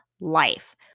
life